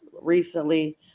recently